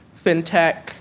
fintech